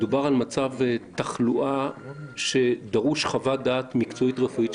מצב תחלואה שדרושה חוות דעת מקצועית-רפואית.